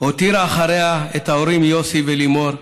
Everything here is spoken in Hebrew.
הותירה אחריה את ההורים יוסי ולימור,